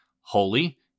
Holy